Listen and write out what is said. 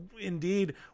indeed